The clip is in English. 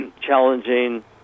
challenging